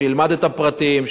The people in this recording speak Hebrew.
שילמד את הפרטים,